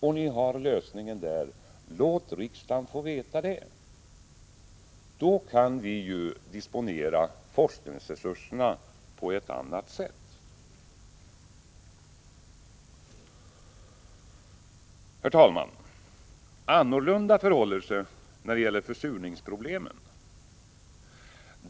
Om ni har en lösning där — låt riksdagen få veta det! Då kan vi ju disponera forskningsresurserna på ett annat sätt. Herr talman! Annorlunda förhåller det sig när det gäller försurningsproblemen.